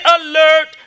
alert